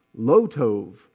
Lotov